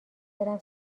برم